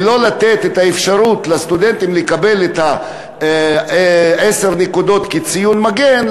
ולא לתת את האפשרות לסטודנטים לקבל עשר נקודות כציון מגן,